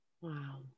Wow